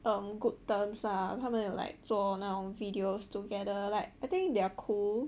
on good terms ah 他们有 like 做那种 videos together like I think they're cool